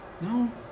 No